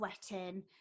sweating